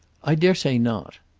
i dare say not.